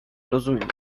rozumiem